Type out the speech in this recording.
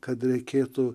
kad reikėtų